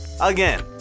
Again